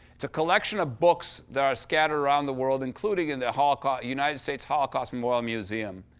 it's a collection of books that are scattered around the world, including in the holocaust united states holocaust memorial museum.